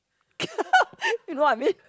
you know what I mean